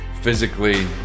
physically